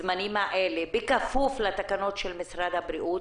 ב-100% בכפוף לתקנות של משרד הבריאות,